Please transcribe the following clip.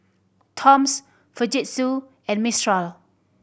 Toms Fujitsu and Mistral